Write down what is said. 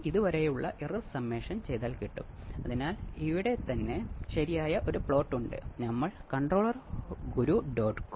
എന്തുകൊണ്ട് നൂറ്റി എൺപത് ഡിഗ്രി